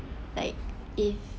like if